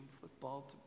football